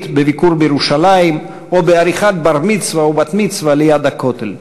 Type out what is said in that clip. בביקור בירושלים או בעריכת בת-מצווה או בר-מצווה ליד הכותל.